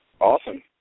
Awesome